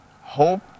hope